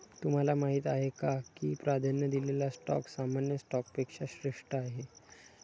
तुम्हाला माहीत आहे का की प्राधान्य दिलेला स्टॉक सामान्य स्टॉकपेक्षा श्रेष्ठ आहे?